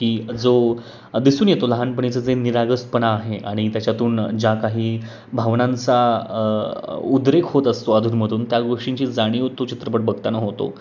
की जो दिसून येतो लहानपणीचं जे निरागसपणा आहे आणि त्याच्यातून ज्या काही भावनांचा उद्रेक होत असतो अधूनमधून त्या गोष्टींची जाणीव तो चित्रपट बघताना होतो